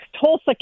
Tulsa